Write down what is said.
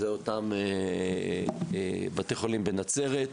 זה אותם בתי חולים בנצרת,